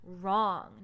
wrong